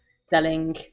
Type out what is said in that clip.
selling